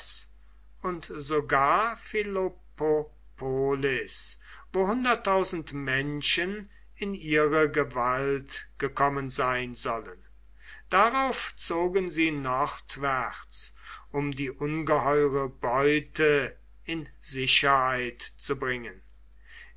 und sogar philippopolis wo hunderttausend menschen in ihre gewalt gekommen sein sollen darauf zogen sie nordwärts um die ungeheure beute in sicherheit zu bringen